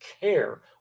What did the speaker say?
care